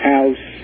House